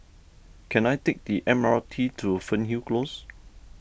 can I take the M R T to Fernhill Close